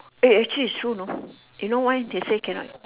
eh actually it's true you know you know why they say cannot